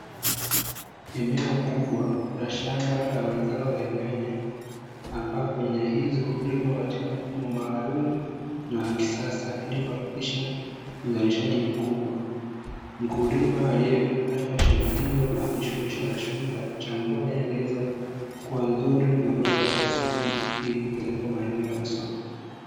Eneo kubwa la shamba lenye mazao aina ya nyanya, ambapo nyanya hizo hulimwa katika mfumo maalumu na wakisasa ili kuhakikisha uzalishaji mkubwa, mkulima aliye katika shamba hilo anajishughulisha na shughuli za uchambuaji wa nyanya zilizo kuwa nzuri na kuweka katika sehemu ili kupelekwa katika sehemu za masoko.